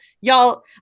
y'all